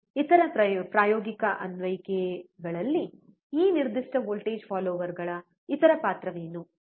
ಇತರ ಪ್ರಾಯೋಗಿಕ ಅನ್ವಯಿಕೆಗಳಲ್ಲಿ ಈ ನಿರ್ದಿಷ್ಟ ವೋಲ್ಟೇಜ್ ಫಾಲ್ಲೋರ್ಗಳ ಇತರ ಪಾತ್ರವೇನು ಸರಿ